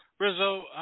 Rizzo